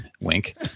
wink